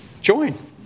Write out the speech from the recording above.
join